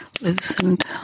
loosened